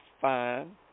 fine